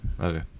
Okay